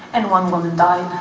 and one woman died.